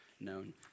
known